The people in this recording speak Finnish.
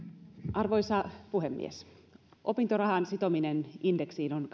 arvoisa puhemies opintorahan sitominen indeksiin on